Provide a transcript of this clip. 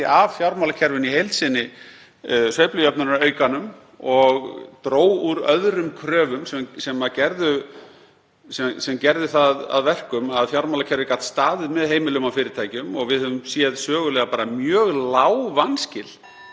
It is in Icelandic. af fjármálakerfinu í heild sinni sveiflujöfnunaraukanum og dró úr öðrum kröfum sem gerði það að verkum að fjármálakerfið gat staðið með heimilum og fyrirtækjum. Og við höfum séð sögulega mjög lág vanskil